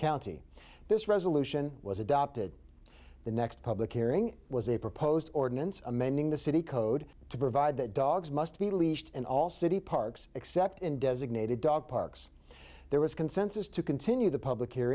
county this resolution was adopted the next public hearing was a proposed ordinance amending the city code to provide that dogs must be leashed and all city parks except in designated dog parks there was consensus to continue the public